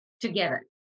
together